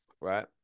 Right